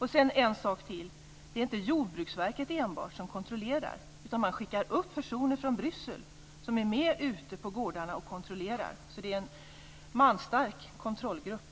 vill jag säga en sak till. Det är inte enbart Jordbruksverket som kontrollerar. Man skickar upp personer från Bryssel som är med ute på gårdarna och kontrollerar. Det är en manstark kontrollgrupp.